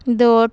dot